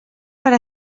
per